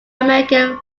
american